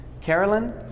Carolyn